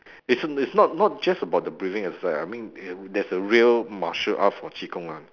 as in it's not not just about the breathing it's like I mean there is a real martial art for qi-gong [one]